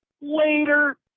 Later